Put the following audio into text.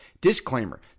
disclaimer